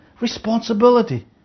responsibility